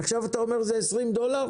עכשיו אתה אומר שזה 20 דולר?